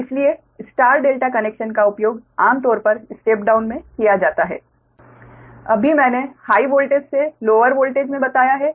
तो इसलिए star delta connection का उपयोग आमतौर पर स्टेप डाउन में किया जाता है अभी मैंने हाइ वोल्टेज से लोअर वोल्टेज मे बताया है